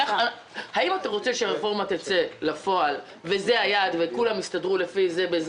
האם אתה רוצה שהרפורמה תיושם וכולם יסתדרו בהתאם כולל